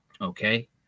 okay